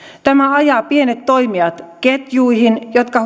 tämä ajaa pienet toimijat ketjuihin jotka